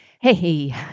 Hey